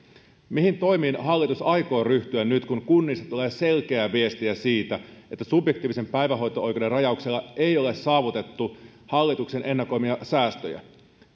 mihin toimiin hallitus aikoo ryhtyä nyt kun kunnista tulee selkeää viestiä siitä että subjektiivisen päivähoito oikeuden rajauksella ei ole saavutettu hallituksen ennakoimia säästöjä